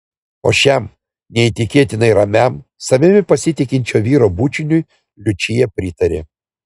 o šiam neįtikėtinai ramiam savimi pasitikinčio vyro bučiniui liučija pritarė